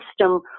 system